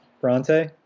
Bronte